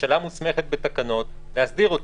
הממשלה מוסמכת בתקנות להסדיר אותם.